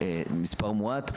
אלא סכום מועט,